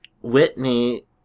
Whitney